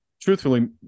truthfully